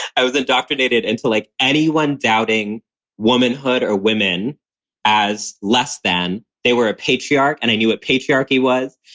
i was indoctrinated into like anyone doubting womanhood or women as less than. they were a patriarch and i knew what patriarchy was,